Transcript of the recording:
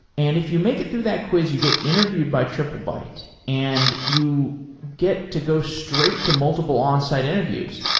and if you make it through that quiz, you get interviewed by triplebyte and you get to go straight to multiple on-site interviews.